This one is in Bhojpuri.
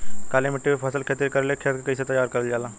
काली मिट्टी पर फसल खेती करेला खेत के कइसे तैयार करल जाला?